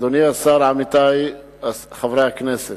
אדוני השר, עמיתי חברי הכנסת,